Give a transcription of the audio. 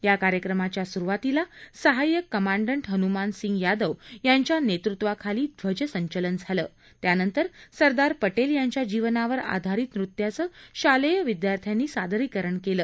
या कार्यक्रमाच्या सुरवातीला सहाय्यक कमांडन्ट हनुमान सिंग यादव यांच्या नेतृत्वाखाली ध्वजसंचलन झालं त्यानंतर सरदार पटेल यांच्या जीवनावर आधारित नृत्याचं शालेय विद्यार्थ्यांनी सादरीकरण केलं